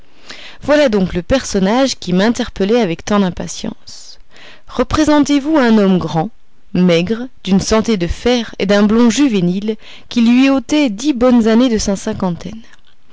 voilà donc le personnage qui m'interpellait avec tant d'impatience représentez-vous un homme grand maigre d'une santé de fer et d'un blond juvénile qui lui ôtait dix bonnes années de